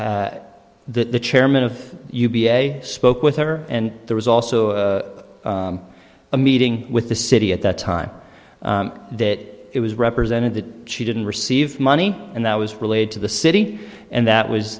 she the chairman of u b a spoke with her and there was also a meeting with the city at that time that it was represented that she didn't receive money and that was relayed to the city and that was